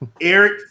Eric